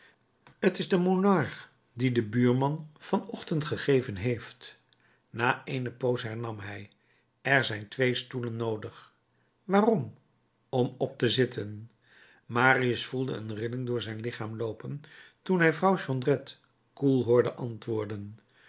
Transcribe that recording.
t is de monarch dien de buurman van ochtend gegeven heeft na eene poos hernam hij er zijn twee stoelen noodig waarom om op te zitten marius voelde een rilling door zijn lichaam loopen toen hij vrouw jondrette koel hoorde antwoorden